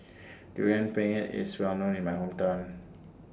Durian Pengat IS Well known in My Hometown